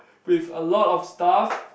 with a lot of stuff